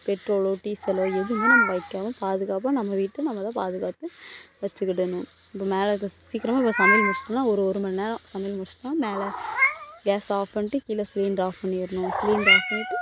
பெட்ரோலோ டீசலோ எதுவுமே நம்ம வைக்காமல் பாதுகாப்பாக நம்ம வீட்டை நம்ம தான் பாதுகாத்து வச்சுக்கிடணும் இப்போ மேலே இருக்கிற சீக்கிரமாக இப்போ சமையல் முடிச்சிவிட்டோனா ஒரு ஒரு மண்நேரம் சமையல் முடிச்சிவிட்டோனா மேலே கேஸ் ஆஃப் பண்ணிட்டு கீழ சிலிண்டர் ஆஃப் பண்ணிரணும் சிலிண்டர் ஆஃப் பண்ணிவிட்டு